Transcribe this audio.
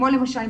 למשל,